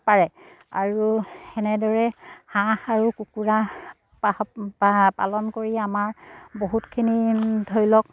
পাৰে আৰু তেনেদৰে হাঁহ আৰু কুকুৰা পালন কৰি আমাৰ বহুতখিনি ধৰি লওক